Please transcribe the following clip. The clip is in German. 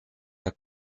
der